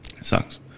sucks